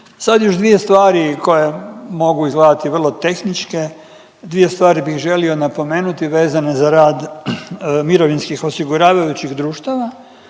Sad još dvije stvari koje mogu izgledati vrlo tehničke, dvije stvari bih želio napomenuti vezano za rad mirovinskih osiguravajućih društava.